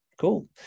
cool